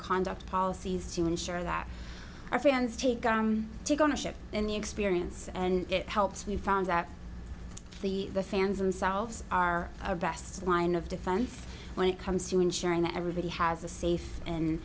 conduct policies to ensure that our fans take take ownership in the experience and it helps we've found that the fans themselves are our best line of defense when it comes to ensuring that everybody has a safe and